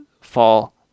fall